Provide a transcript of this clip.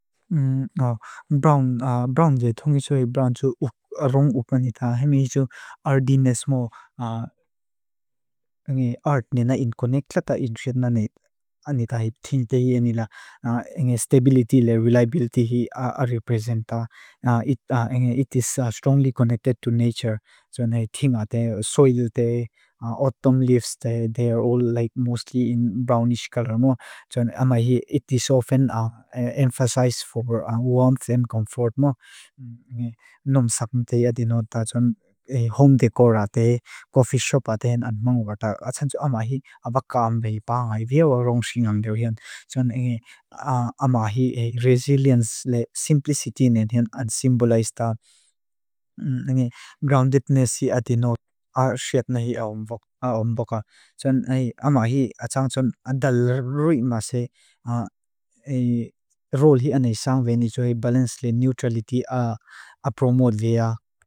Brawn, brawn je thongi tsui, brawn tsu rong ukanita. Hemi isu ardiness mo. Ard nena inkonektla, ta idshetna net. Anita hit thina te ie nila. Stability le reliability hi a represent ta. It is strongly connected to nature. So ne thina te, soil te, autumn leaves te. They are all like mostly in brownish color mo. It is often emphasized for warmth and comfort mo. Home decorate, coffee shopate and more. Resilience le simplicity ne. Symbolize ta groundedness. It is important to promote balance and neutrality.